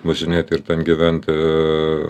važinėti ir ten gyventi